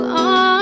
on